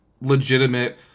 legitimate